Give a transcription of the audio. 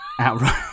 Outright